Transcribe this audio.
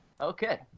Okay